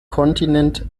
kontinent